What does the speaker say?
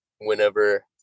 Whenever